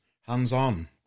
hands-on